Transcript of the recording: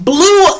Blue